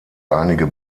einige